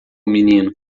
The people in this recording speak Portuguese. menino